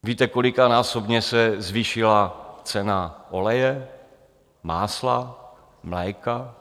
Víte, kolikanásobně se zvýšila cena oleje, másla, mléka?